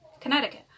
connecticut